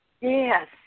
yes